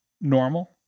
normal